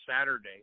Saturday